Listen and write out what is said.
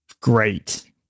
great